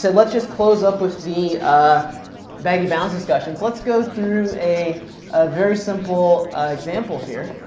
so let's just close up with the ah baggy bounds discussions. let's go through a ah very simple example here.